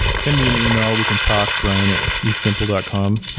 send me an yeah e-mail, we can talk, brian at ethsimple dot com.